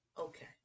okay